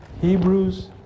Hebrews